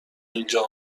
اینجا